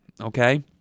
okay